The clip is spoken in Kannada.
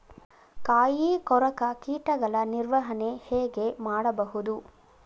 ಕಾಯಿ ಕೊರಕ ಕೀಟಗಳ ನಿರ್ವಹಣೆ ಹೇಗೆ ಮಾಡಬಹುದು?